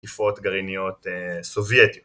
גרעיניות סובייטיות